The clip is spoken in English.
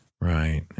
right